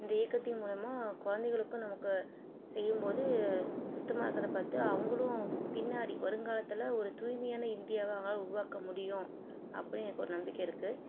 இந்த இயக்கத்தின் மூலமாக குழந்தைங்களுக்கு நமக்கு செய்யும்போது சுத்தமாக இருக்குறதை பார்த்து அவங்களும் பின்னாடி வருங்காலத்தில் ஒரு தூய்மையான இந்தியாவாக அவர்களால் உருவாக்க முடியும் அப்படின் எனக்கு ஒரு நம்பிக்கை இருக்குது